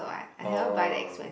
oh